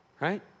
Right